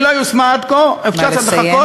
היא לא יושמה עד כה, אפשר גם לחכות.